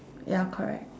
ya correct